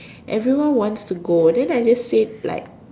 everyone wants to go then I just say like